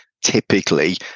typically